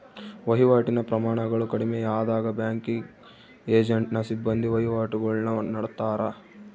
ವಹಿವಾಟಿನ ಪ್ರಮಾಣಗಳು ಕಡಿಮೆಯಾದಾಗ ಬ್ಯಾಂಕಿಂಗ್ ಏಜೆಂಟ್ನ ಸಿಬ್ಬಂದಿ ವಹಿವಾಟುಗುಳ್ನ ನಡತ್ತಾರ